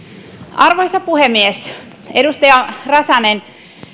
arvoisa puhemies edustaja räsänen